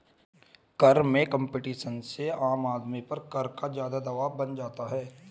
कर में कम्पटीशन से आम आदमी पर कर का ज़्यादा दवाब बन जाता है